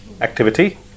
activity